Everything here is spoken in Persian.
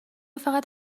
فقط